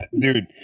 dude